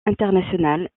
international